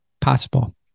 possible